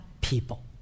people